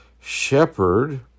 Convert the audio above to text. shepherd